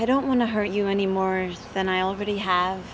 i don't want to hurt you any more than i already have